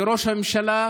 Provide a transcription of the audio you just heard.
לראש הממשלה,